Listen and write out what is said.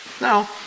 No